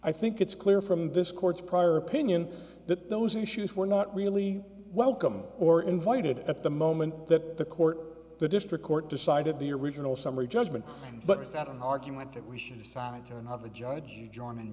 i think it's clear from this court's prior opinion that those issues were not really welcome or invited at the moment that the court or the district court decided the original summary judgment but it's not an argument that we should assign to another judge to join